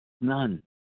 None